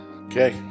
Okay